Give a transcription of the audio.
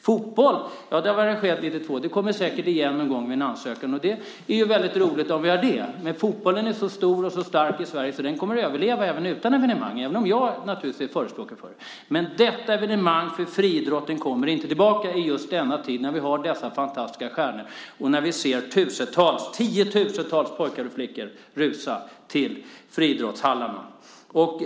Fotboll arrangerade vi 1992. Det kommer säkert tillbaka någon gång med en ansökan. Det vore väldigt roligt. Men fotbollen är så stor och stark i Sverige att den kommer att överleva även utan evenemang - även om jag naturligtvis är förespråkare för det. Detta evenemang för friidrotten kommer inte tillbaka i en tid med dessa fantastiska stjärnor. Vi ser tusentals, ja tiotusentals, pojkar och flickor rusa till friidrottshallarna.